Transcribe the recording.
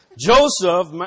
Joseph